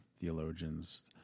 theologians